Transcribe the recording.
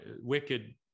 wicked